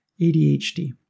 ADHD